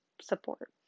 support